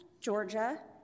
Georgia